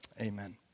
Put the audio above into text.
amen